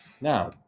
now